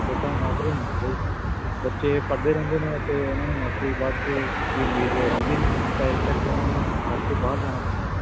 ਲੋਕਾਂ ਨੂੰ ਨੌਕਰੀ ਨਹੀਂ ਮਿਲ ਰਹੀ ਬੱਚੇ ਪੜ੍ਹਦੇ ਰਹਿੰਦੇ ਨੇ ਅਤੇ ਉਹਨਾਂ ਨੂੰ ਨੌਕਰੀ ਬਾਅਦ 'ਚੋਂ ਦੀ ਉਮੀਦ ਰਹਿੰਦੀ ਨਹੀਂ ਤਾਂ ਇਸ ਕਰਕੇ ਉਹਨਾਂ ਨੂੰ ਹਾਰ ਕੇ ਬਾਹਰ ਜਾਣਾ ਪੈਂਦਾ